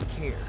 care